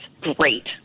Great